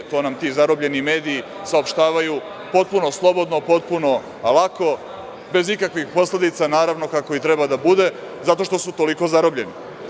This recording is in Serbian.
To nam ti zarobljeni mediji saopštavaju potpuno slobodno, potpuno lako, bez ikakvih posledica, naravno, kako i treba da bude, zato što su toliko zarobljeni.